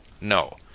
No